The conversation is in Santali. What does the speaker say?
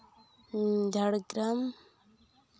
ᱡᱷᱟᱲᱜᱨᱟᱢ